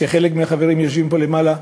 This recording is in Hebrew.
חלק מהחברים בה יושבים פה למעלה,